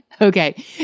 Okay